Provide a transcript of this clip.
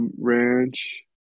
Ranch